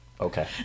Okay